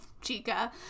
Chica